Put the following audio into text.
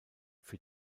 für